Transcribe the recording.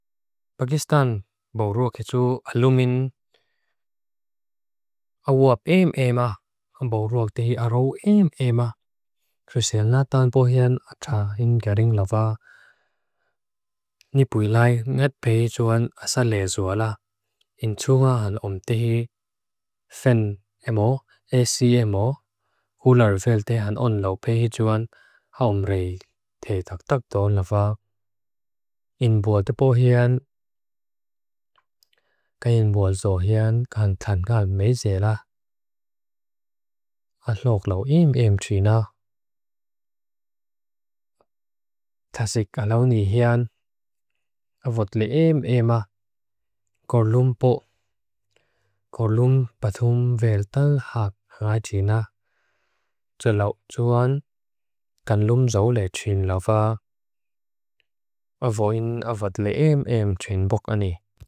Pakistan, boruakitu alumin awuap eem eem ah. Han boruak tehi araw eem eem ah. Krisel natan pohean atah ingaring lava. Nipuilai ngadpehi joan asalea zoala. In tunga han om tehi fen emo, esi emo. Hularvel tehan onlaw pehi joan haum rei te tak takto lava. In bua tepo hean, kei in bua zo hean kan tangal meze la. Alok lo eem eem trina. Tasik alawni hean. Awadli eem eem ah. Kor lum po. Kor lum patum vel tan hak rai trina. Tselok joan, kan lum zoalae trin lava. Avoin awadli eem eem trin bok ani.